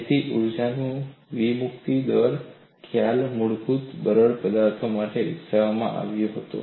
તેથી ઊર્જા વિમુક્તિ દર ખ્યાલ મૂળભૂત રીતે બરડ પદાર્થ માટે વિકસાવવામાં આવ્યો હતો